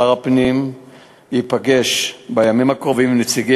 שר הפנים ייפגש בימים הקרובים עם נציגים